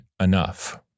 enough